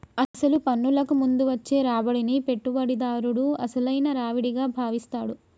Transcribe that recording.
అసలు పన్నులకు ముందు వచ్చే రాబడిని పెట్టుబడిదారుడు అసలైన రావిడిగా భావిస్తాడు